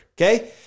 okay